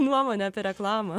nuomonė apie reklamą